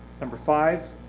number five,